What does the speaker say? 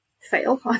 fail